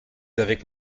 avec